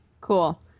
cool